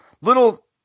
little